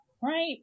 right